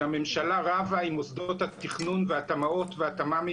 זה הממשלה רבה עם מוסדות התכנון והתמ"אות והתמ"מים